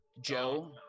joe